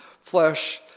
flesh